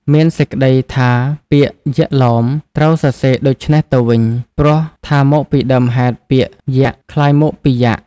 មានសេចក្ដីថាពាក្យ "យាក់ឡោម" ត្រូវសរសេរដូច្នេះទៅវិញ ព្រោះថាមកពីដើមហេតុពាក្យ យាក់ ក្លាយមកពី "យ៉ាក់"។